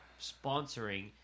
sponsoring